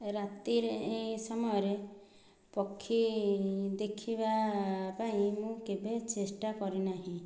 ରାତିରେ ଏ ସମୟରେ ପକ୍ଷୀ ଦେଖିବା ପାଇଁ ମୁଁ କେବେ ଚେଷ୍ଟା କରି ନାହିଁ